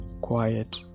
quiet